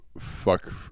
fuck